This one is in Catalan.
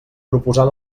proposar